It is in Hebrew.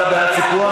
אתה בעד סיפוח?